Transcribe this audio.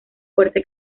fuerte